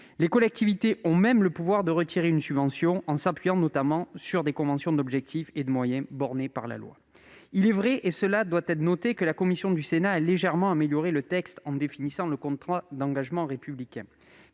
Les collectivités ont même le pouvoir de retirer une subvention en s'appuyant notamment sur des conventions d'objectifs et de moyens, bornées par la loi. Je concède que la commission du Sénat a légèrement amélioré le texte en définissant le contrat d'engagement républicain-